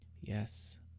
Yes